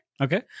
okay